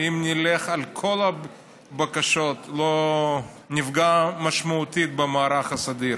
ואם נלך על כל הבקשות נפגע משמעותית במערך הסדיר.